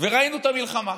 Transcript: וראינו את המלחמה.